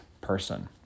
person